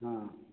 ହଁ